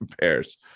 pairs